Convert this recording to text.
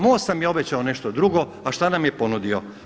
MOST nam je obećao nešto drugo, a šta nam je ponudio?